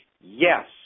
Yes